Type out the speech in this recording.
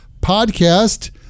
podcast